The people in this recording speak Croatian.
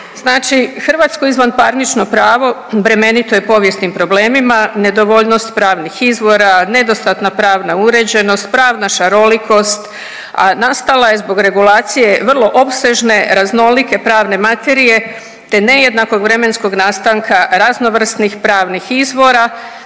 Znači hrvatsko izvanparnično pravo bremenito je povijesnim problemima, nedovoljnost pravnih izvora, nedostatna pravna uređenost, pravna šarolikost, a nastala je zbog regulacije vrlo opsežne raznolike pravne materije te nejednakog vremenskog nastanka raznovrsnih pravnih izvora